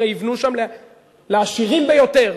הרי יבנו שם לעשירים ביותר,